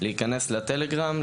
להיכנס לטלגרם,